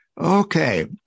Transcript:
Okay